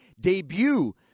debut